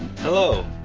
Hello